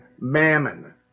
Mammon